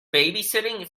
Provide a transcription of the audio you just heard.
babysitting